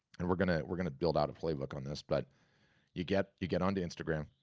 and we're gonna we're gonna build out a playbook on this, but you get you get onto instagram,